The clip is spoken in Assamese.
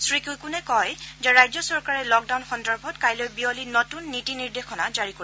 শ্ৰীকিকোনে কয় যে ৰাজ্য চৰকাৰে লকডাউন সন্দৰ্ভত কাইলৈ বিয়লি নতুন নীতি নিৰ্দেশনা জাৰি কৰিব